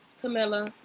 Camilla